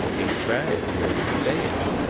and trying to understand.